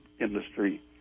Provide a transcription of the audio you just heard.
industry